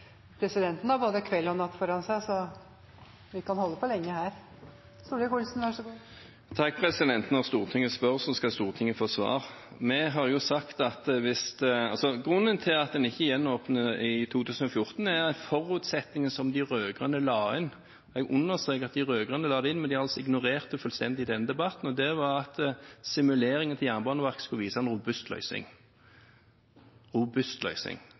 Presidenten har både kveld og natt foran seg, så vi kan holde på lenge her. Når Stortinget spør, skal Stortinget få svar. Grunnen til at en ikke gjenåpner i 2014, er at forutsetningen som de rød-grønne la inn – jeg understreker at de rød-grønne la det inn, men de har altså ignorert det fullstendig i denne debatten – var at simuleringen til Jernbaneverket skulle vise en robust